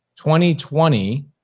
2020